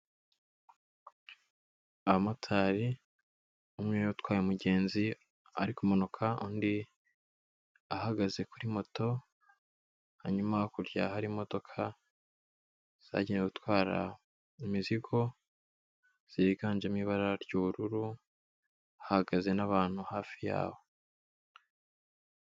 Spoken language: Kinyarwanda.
Abamotari, umwe yatwaye umugenzi ari kumanuka, undi ahagaze kuri moto, hanyuma hakurya hari imodoka zagenewe gutwara imizigo, ziganjemo ibara ry'ubururu, hahagaze n'abantu hafi yaho.